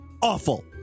awful